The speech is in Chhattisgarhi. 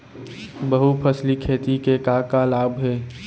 बहुफसली खेती के का का लाभ हे?